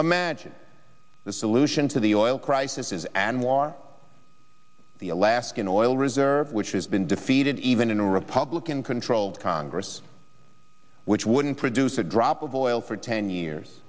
imagine the solution to the oil crisis is anwar the alaskan oil reserve which has been defeated even in a republican controlled congress which wouldn't produce a drop of oil for ten years